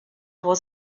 was